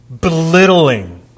belittling